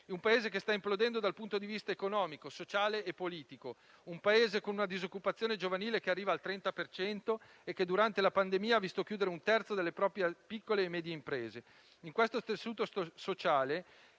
un Paese che sta implodendo dal punto di vista economico, sociale e politico, con una disoccupazione giovanile che arriva al 30 per cento e che, durante la pandemia, ha visto chiudere un terzo delle proprie piccole e medie imprese. In questo tessuto sociale,